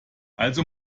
also